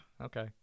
Okay